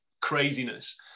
craziness